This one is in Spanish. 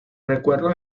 recuerdos